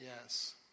yes